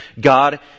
God